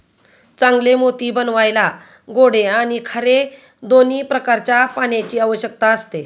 चांगले मोती बनवायला गोडे आणि खारे दोन्ही प्रकारच्या पाण्याची आवश्यकता असते